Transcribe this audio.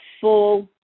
full